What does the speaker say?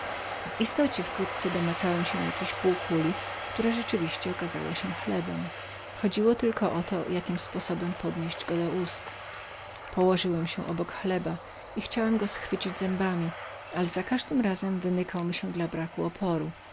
w istocie wkrótce domacałem się jakiejś półkuli która rzeczywiście była chlebem szło tylko jakim sposobem ponieść go do ust położyłem się obok chleba i chciałem go schwycić zębami ale za każdym razem wymykał mi się dla braku oporu